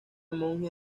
monje